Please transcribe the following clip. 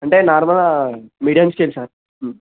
అంటే normal medium stage sir